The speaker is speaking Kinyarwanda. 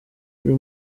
buri